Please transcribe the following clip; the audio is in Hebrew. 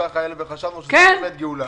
חשבנו שזו באמת גאולה.